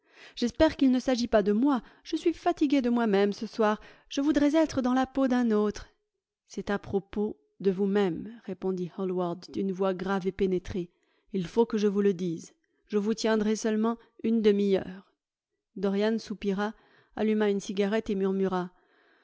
j'espère qu'il ne s'agit pas de moi je suis fatigué de moi-même ce soir je voudrais être dans la peau d'un autre c'est à propos de vous-même répondit hallward d'une voix grave et pénétrée il faut que je vous le dise je vous tiendrai seulement une demi-heure dorian soupira alluma une cigarette et murmura